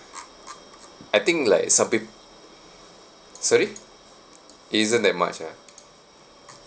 I think like some peop~ sorry isn't that much ah